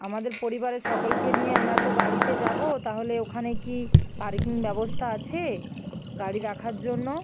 আমাদের পরিবারের সকলকে নিয়ে আমরা তো গাড়িতে যাবো তাহলে ওখানে কি পার্কিং ব্যবস্থা আছে গাড়ি রাখার জন্য